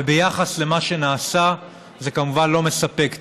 וביחס לזה מה שנעשה כמובן לא מספק.